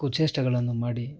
ಕುಚೇಷ್ಟೆಗಳನ್ನು ಮಾಡಿ